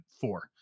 four